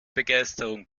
begeisterung